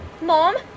mom